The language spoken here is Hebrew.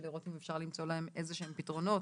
ולראות אם אפשר למצוא להם איזשהם פתרונות,